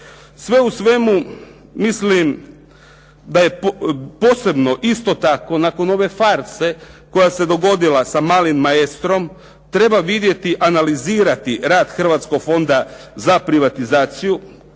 Sve u svemu mislim da je posebno isto tako nakon ove farse koja se dogodila sa malim maestrom, treba vidjeti, analizirati rad Hrvatskog fonda za privatizaciju,